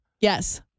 Yes